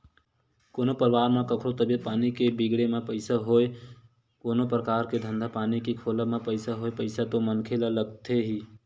कोनो परवार म कखरो तबीयत पानी के बिगड़े म पइसा होय कोनो परकार के धंधा पानी के खोलब म पइसा होय पइसा तो मनखे ल लगथे ही